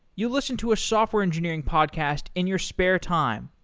you listen to a software engineering podcast in your spare time,